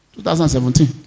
2017